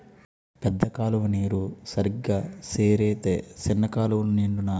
పెద్ద కాలువ నీరు సరిగా సేరితే సిన్న కాలువలు నిండునా